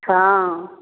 हँ